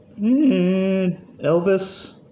Elvis